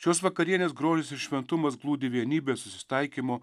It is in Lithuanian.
šios vakarienės grožis ir šventumas glūdi vienybės susitaikymo